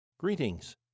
Greetings